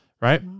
right